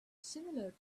similar